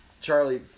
Charlie